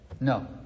No